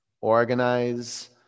Organize